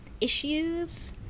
issues